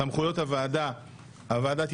של חה"כ שרן השכל.